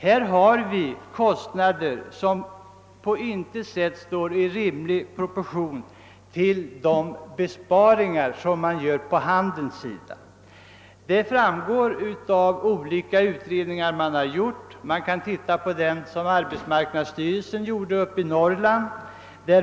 Här har uppkommit kostnader som på intet sätt står i rimlig proportion till de besparingar som handeln gör; det framgår av olika utredningar som har företagits. Låt oss se på den som arbetsmarknadsstyrelsen gjorde i Norrland!